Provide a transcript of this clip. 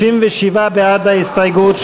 37 בעד ההסתייגות.